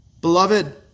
Beloved